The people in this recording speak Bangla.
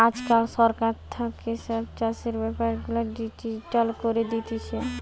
আজকাল সরকার থাকে সব চাষের বেপার গুলা ডিজিটাল করি দিতেছে